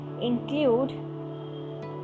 include